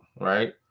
right